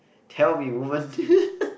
tell me woman